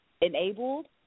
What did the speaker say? enabled